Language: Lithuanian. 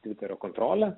tviterio kontrolę